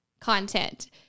content